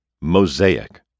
Mosaic